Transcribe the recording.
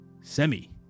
Semi